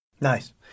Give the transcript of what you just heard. Nice